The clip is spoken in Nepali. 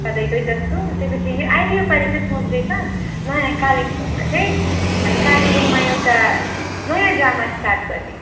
सधैँको जस्तो त्योपछि अहिले यो पालि चाहिँ सोच्दैछ नयाँ कालेङपुङमा चाहिँ हामी कालेबुङमा एउटा नयाँ ड्रामा स्टार्ट गर्ने